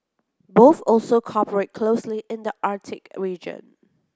both also cooperate closely in the Arctic region